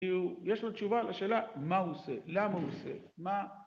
יש לו תשובה לשאלה, מה הוא עושה? למה הוא עושה? מה?